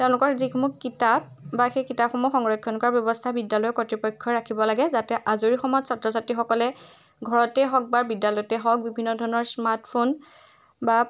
তেওঁলোকৰ যিসমূহ কিতাপ বা সেই কিতাপসমূহ সংৰক্ষণ কৰাৰ ব্যৱস্থা বিদ্যালয় কৰ্তৃপক্ষই ৰাখিব লাগে যাতে আজৰি সময়ত ছাত্ৰ ছাত্ৰীসকলে ঘৰতে হওক বা বিদ্যালয়তে হওক বিভিন্ন ধৰণৰ স্মাৰ্টফোন বা